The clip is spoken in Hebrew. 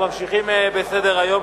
אנחנו ממשיכים בסדר-היום,